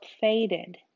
faded